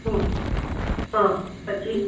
હ હ પછી